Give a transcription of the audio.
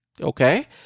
okay